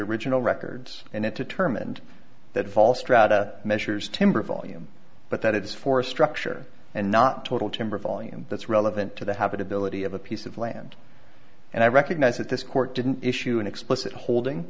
original records and it determined that vol strata measures timber volume but that it is for structure and not total timber volume that's relevant to the habitability of a piece of land and i recognize that this court didn't issue an explicit holding